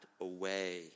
away